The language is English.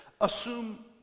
Assume